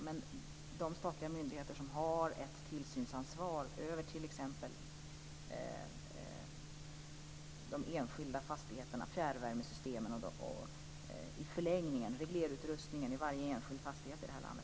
Men det finns statliga myndigheter som har ett tillsynsansvar över t.ex. de enskilda fastigheterna, fjärrvärmesystemen och i förlängningen reglerutrustningen i varje enskild fastighet i det här landet.